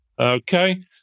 Okay